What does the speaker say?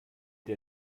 der